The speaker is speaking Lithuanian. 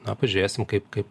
na pažiūrėsim kaip kaip